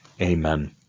Amen